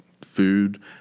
food